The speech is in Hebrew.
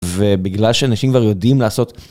ובגלל שאנשים כבר יודעים לעשות.